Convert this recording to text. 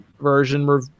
version